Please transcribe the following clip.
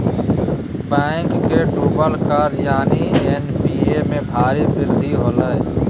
bank के डूबल कर्ज यानि एन.पी.ए में भारी वृद्धि होलय